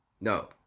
No